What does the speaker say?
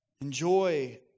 Enjoy